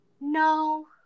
No